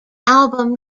album